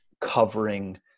covering